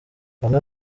bamwe